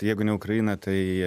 tai jeigu ne ukraina tai